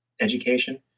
education